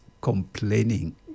complaining